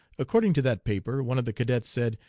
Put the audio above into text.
according to that paper, one of the cadets said,